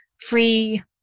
free